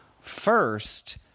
First